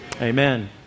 amen